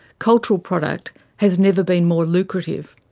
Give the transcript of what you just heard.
cultural product has never been more lucrative,